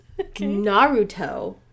Naruto